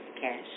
cash